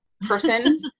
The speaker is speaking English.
person